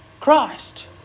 Christ